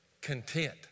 content